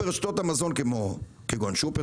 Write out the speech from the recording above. ברשתות המזון כמו שופרסל,